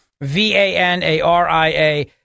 V-A-N-A-R-I-A